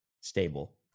stable